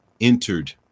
entered